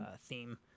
theme